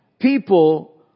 People